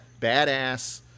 Badass